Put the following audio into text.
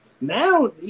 Now